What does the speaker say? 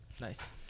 nice